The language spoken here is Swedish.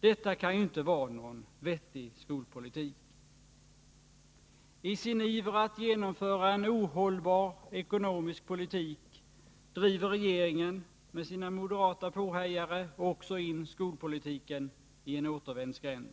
Detta kan ju inte vara någon vettig skolpolitik. I sin iver att genomföra en ohållbar ekonomisk politik driver regeringen med sina moderata påhejare också in skolpolitiken i en återvändsgränd.